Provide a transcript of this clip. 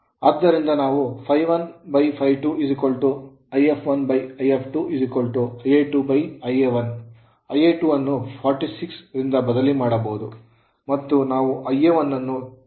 ಆದ್ದರಿಂದ ನಾವು ∅1∅2 If2 Ia2 Ia1 Ia2 ಅನ್ನು 46 ರಿಂದ ಬದಲಿ ಮಾಡಬಹುದು ಮತ್ತು ನಾವು Ia1 ಅನ್ನು 30 ಹೊಂದಿದ್ದೇವೆ